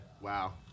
Wow